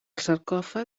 sarcòfag